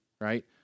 right